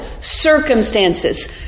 circumstances